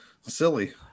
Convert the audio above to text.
silly